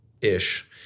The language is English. ish